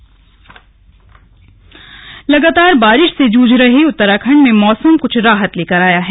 slug मौसम लगातार बारिश से जूझ रहे उत्तराखंड में मौसम कुछ राहत लेकर आया है